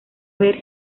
ver